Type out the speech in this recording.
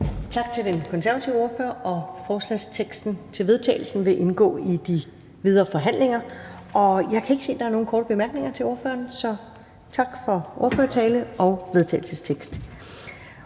Tak til den konservative ordfører. Forslaget til vedtagelse vil indgå i de videre forhandlinger. Jeg kan ikke se, at der er nogle korte bemærkninger til ordføreren, så jeg siger tak for ordførertalen og vedtagelsesteksten.